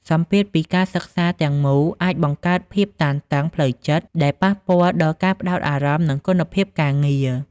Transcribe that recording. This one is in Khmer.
សម្ពាធពីការសិក្សាទាំងមូលអាចបង្កើតភាពតានតឹងផ្លូវចិត្ត ដែលប៉ះពាល់ដល់ការផ្តោតអារម្មណ៍ និងគុណភាពការងារ។